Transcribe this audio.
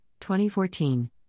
2014